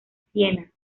siena